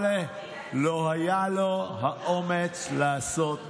אבל לא היה לו האומץ לעשות מעשה.